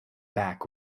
back